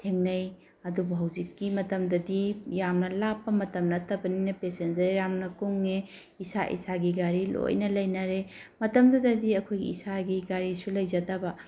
ꯊꯦꯡꯅꯩ ꯑꯗꯨꯕꯨ ꯍꯧꯖꯤꯛꯀꯤ ꯃꯇꯝꯗꯗꯤ ꯌꯥꯝꯅ ꯂꯥꯞꯄ ꯃꯇꯝ ꯅꯠꯇꯕꯅꯤꯅ ꯄꯦꯁꯦꯟꯖꯔ ꯌꯥꯝꯅ ꯀꯨꯡꯉꯦ ꯏꯁꯥ ꯏꯁꯥꯒꯤ ꯒꯥꯔꯤ ꯂꯣꯏꯅ ꯂꯩꯅꯔꯦ ꯃꯇꯝꯗꯨꯗꯗꯤ ꯑꯩꯈꯣꯏꯒꯤ ꯏꯁꯥꯒꯤ ꯒꯥꯔꯤꯁꯨ ꯂꯩꯖꯗꯕ